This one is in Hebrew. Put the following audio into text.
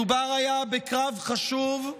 מדובר היה בקרב חשוב,